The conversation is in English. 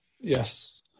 Yes